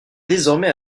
désormais